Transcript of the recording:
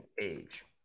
age